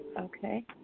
okay